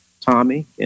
Tommy